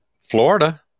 Florida